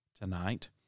tonight